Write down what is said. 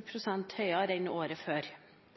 pst. høyere enn året før.